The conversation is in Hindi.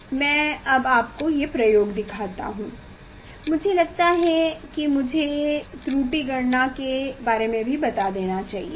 चलिये मैं अब आपको ये प्रयोग दिखाता हूँ मुझे लगता है कि मुझे त्रुटि गणना के बारे में भी बता देना चाहिए